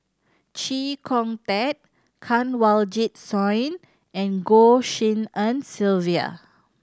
Chee Kong Tet Kanwaljit Soin and Goh Tshin En Sylvia